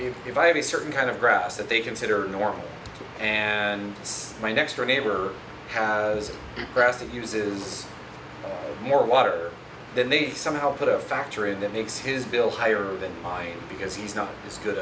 know if i have a certain kind of grass that they consider normal and my next door neighbor has grass and uses more water then they've somehow put a factory in the makes his bill higher than mine because he's not as good